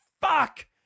Fuck